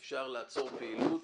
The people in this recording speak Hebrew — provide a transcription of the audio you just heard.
למשרד המשפטים יש הערות.